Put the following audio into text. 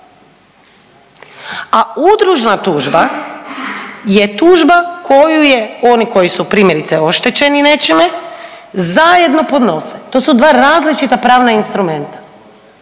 a udružna tužba je tužba koju je, oni koji su primjerice oštećeni nečime zajedno podnose. To su dva različita pravna instrumenta.